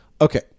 Okay